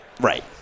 Right